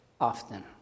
often